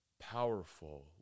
powerful